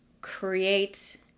create